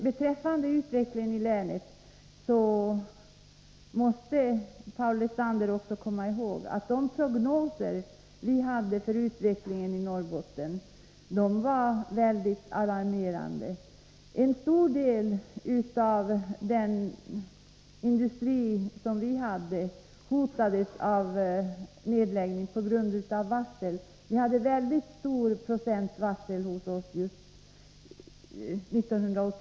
Beträffande utvecklingen i länet måste Paul Lestander också komma ihåg att prognoserna för utvecklingen i Norrbotten har varit mycket alarmerande. En stor del av industrin i länet har hotats av nedläggning på grund av varsel. Just 1982 hade vi en mycket hög procent varsel.